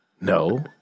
no